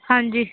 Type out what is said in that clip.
ਹਾਂਜੀ